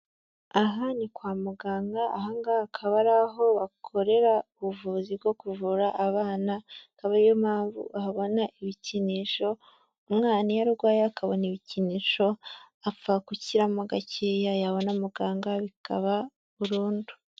Aha ni kwa muganga aha ngaha akaba ari aho bakorera ubuvuzi bwo kuvura abana, akaba ariyo mpamvu uhabona ibikinisho, umwana iyo arwaye akabona ibikinisho apfa gukiramo gakeya yabona muganga bikaba burundu.